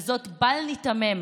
וזאת, בל ניתמם,